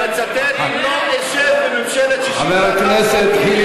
אני מצטט: לא אשב בממשלת 61 ח"כים,